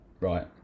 right